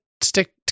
stick